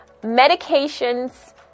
Medications